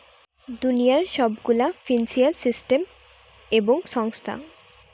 দুনিয়ার সব গুলা ফিন্সিয়াল সিস্টেম এবং সংস্থা